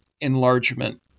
enlargement